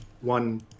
one